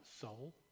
soul